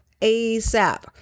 ASAP